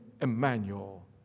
Emmanuel